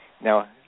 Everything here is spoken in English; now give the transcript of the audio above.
Now